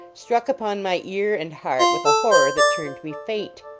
struck upon my ear and heart with a horror that turned me faint.